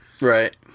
Right